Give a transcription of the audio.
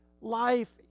life